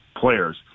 players